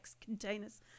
containers